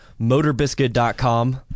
motorbiscuit.com